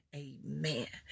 amen